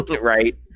right